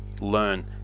learn